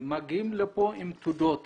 מגיעים לפה עם תעודות